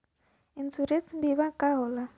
Insurance बीमा का होला?